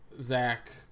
Zach